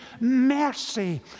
mercy